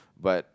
but